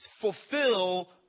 fulfill